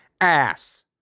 ass